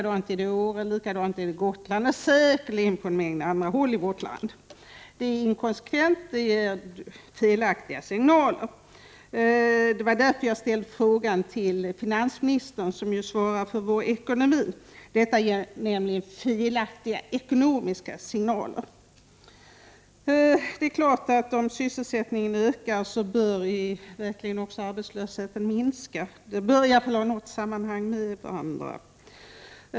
Det förhåller sig på samma sätt i Åre, på Gotland och säkerligen på många andra håll i vårt land. Detta är inkonsekvent, och det ger felaktiga signaler. Det var därför som jag ställde frågan till finansministern, som ju har att svara för vår ekonomi. Det är klart att om sysselsättningen ökar, bör också arbetslösheten minska. Det bör ju ha något samband med varandra.